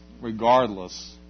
regardless